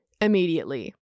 immediately